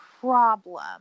problem